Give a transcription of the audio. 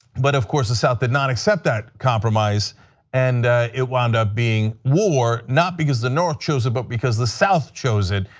but of course the south did not accept that compromise and it wound up being war, not because the north chose it but because the south chose it.